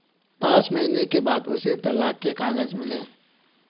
पांच महीने के बाद उसे तलाक के कागज मिले